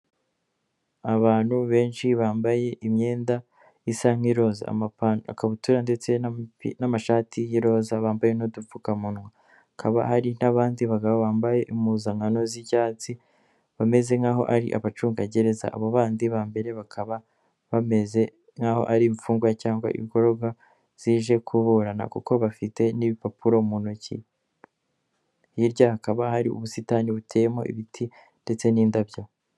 Abantu benshi bambaye imyenda isa nk'iroza, amakabutura ndetse n'amashati y'iroza bambaye n'udupfukamunwa, hakaba hari n'abandi bagabo bambaye impuzankano z'icyatsi bameze nk'aho ari abacungagereza, abo bandi ba mbere bakaba bameze nk'aho ari imfungwa cyangwa ingorororwa zije kuburana kuko bafite n'ibipapuro mu ntoki, hirya hakaba hari ubusitani buteyemo ibiti ndetse n'indabyo.